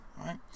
right